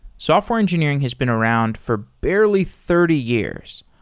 software engineering has been around for barely thirty years.